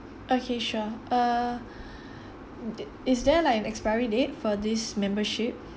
okay sure uh did is there like an expiry date for this membership